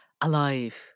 alive